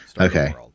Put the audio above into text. Okay